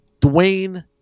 Dwayne